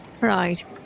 Right